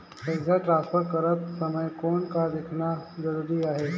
पइसा ट्रांसफर करत समय कौन का देखना ज़रूरी आहे?